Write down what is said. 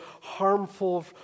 harmful